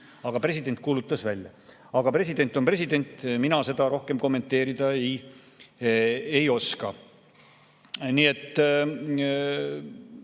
aga president kuulutas [seaduse] välja. Aga president on president, mina seda rohkem kommenteerida ei oska. Nii et